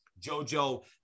JoJo